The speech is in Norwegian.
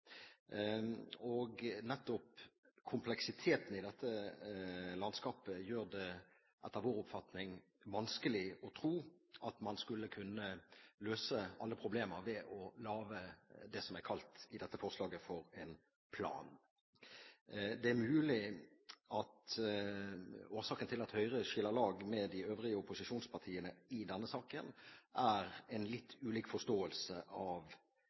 Nettopp kompleksiteten i dette landskapet gjør det – etter vår oppfatning – vanskelig å tro at man skulle kunne løse alle problemer ved å lage det som i dette forslaget er kalt en plan. Det er mulig at årsaken til at Høyre skiller lag med de øvrige opposisjonspartiene i denne saken, er en litt ulik forståelse av